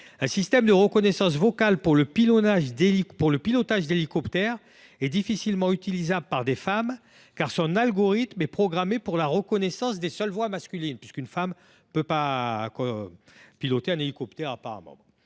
Un système de reconnaissance vocale permettant le pilotage d’hélicoptères est difficilement utilisable par des femmes, car son algorithme est programmé pour la seule reconnaissance des voix masculines – apparemment, une femme ne peut pas piloter un hélicoptère. La marge